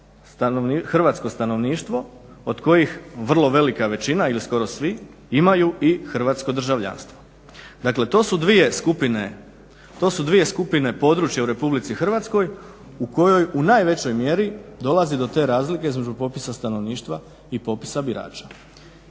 hrvatsko stanovništvo od kojih vrlo velika većina ili skoro svi imaju i hrvatsko državljanstvo. Dakle, to su dvije skupine, to su dvije skupine područja u Republici Hrvatskoj u kojoj u najvećoj mjeri dolazi do te razlike između popisa stanovništva i popisa birača.